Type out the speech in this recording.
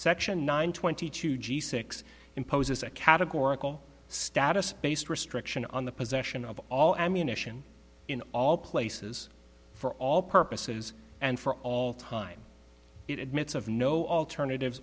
section nine twenty two g six imposes a categorical status based restriction on the possession of all ammunition in all places for all purposes and for all time it admits of no alternative